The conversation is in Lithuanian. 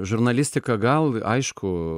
žurnalistika gal aišku